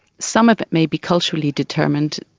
some of it may be culturally determined.